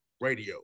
radio